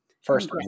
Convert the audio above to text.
First